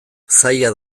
zaila